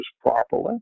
properly